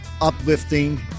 uplifting